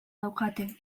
daukate